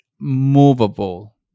movable